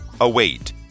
Await